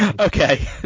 Okay